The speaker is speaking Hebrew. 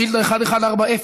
שאילתה מס' 1140,